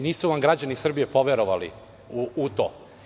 Nisu vam građani Srbjie poverovali u to.